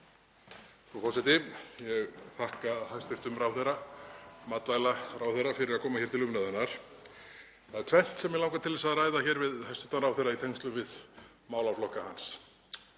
Frú forseti. Ég þakka hæstv. matvælaráðherra fyrir að koma hér til umræðunnar. Það er tvennt sem mig langar til að ræða hér við hæstv. ráðherra í tengslum við málaflokka hans.